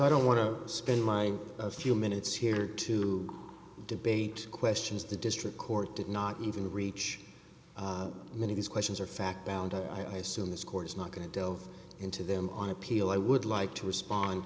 i don't want to spend my few minutes here to debate questions the district court did not even reach many these questions are fact bound i assume this court is not going to delve into them on appeal i would like to respond